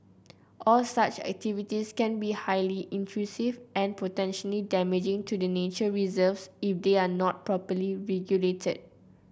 all such activities can be highly intrusive and potentially damaging to the nature reserves if they are not properly regulated